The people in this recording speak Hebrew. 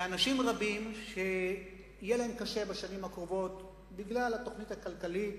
לאנשים רבים שיהיה להם קשה בשנים הקרובות בגלל התוכנית הכלכלית